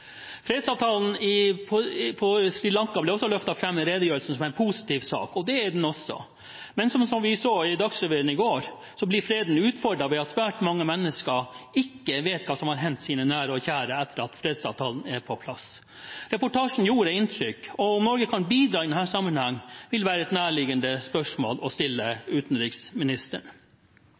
Fredsavtalen på Sri Lanka ble også løftet fram i redegjørelsen som en positiv sak, og det er den også. Men som vi så i Dagsrevyen i går, blir freden utfordret ved at svært mange mennesker ikke vet hva som har hendt med sine nære og kjære etter at fredsavtalen kom på plass. Reportasjen gjorde inntrykk. Om Norge kan bidra i denne sammenheng, vil være et nærliggende spørsmål å stille utenriksministeren.